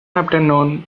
afternoon